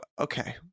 Okay